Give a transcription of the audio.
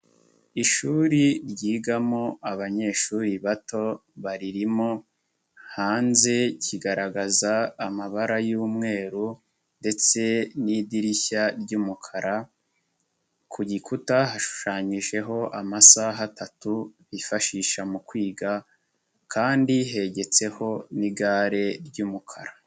Ishuri ryigamo abanyeshuri bato baririmo, hanze kigaragaza amabara y'umweru, ndetse n'idirishya ry'umukara, ku gikuta hashushanyijeho amasaha atatu yifashisha mu kwiga, kandi hegetseho n'igare ry'umukara.